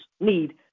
need